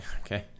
Okay